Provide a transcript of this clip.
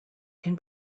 can